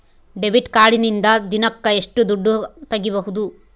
Debit ಕಾರ್ಡಿನಿಂದ ದಿನಕ್ಕ ಎಷ್ಟು ದುಡ್ಡು ತಗಿಬಹುದು?